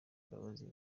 mbabazi